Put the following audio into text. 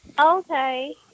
Okay